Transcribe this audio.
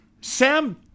Sam